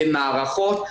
במערכות,